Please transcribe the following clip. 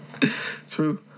True